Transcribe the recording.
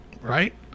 right